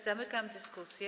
Zamykam dyskusję.